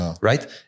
right